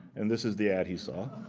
and this is the ad he saw.